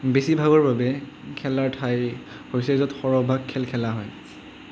বেছিভাগৰ বাবে খেলাৰ ঠাই হৈছে য'ত সৰহভাগ খেল খেলা হয়